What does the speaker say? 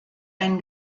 ein